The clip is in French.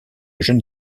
jeunes